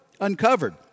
uncovered